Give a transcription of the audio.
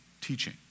teaching